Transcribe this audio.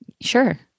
Sure